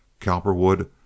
Cowperwood